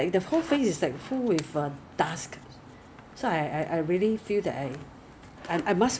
我不知道什么 placenta but 我有看过 !ee! human being placenta yucks yucks